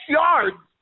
yards